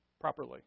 properly